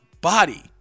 Body